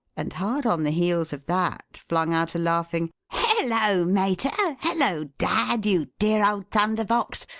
and hard on the heels of that flung out a laughing, hullo, mater? hullo, dad? you dear old thunder box!